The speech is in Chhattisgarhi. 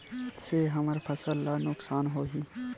से हमर फसल ला नुकसान होही?